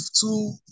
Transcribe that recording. two